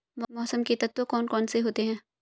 मौसम के तत्व कौन कौन से होते हैं?